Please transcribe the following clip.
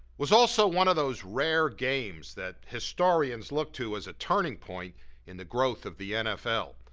was also one of those rare games that historians look to as a turning point in the growth of the nfl.